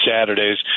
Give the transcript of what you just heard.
Saturdays